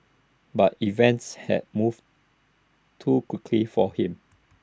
but events had moved too quickly for him